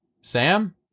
Sam